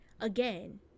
again